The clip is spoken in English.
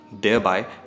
thereby